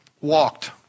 walked